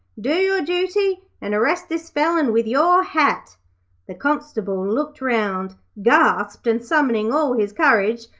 do your duty and arrest this felon with your hat the constable looked round, gasped, and summoning all his courage,